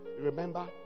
remember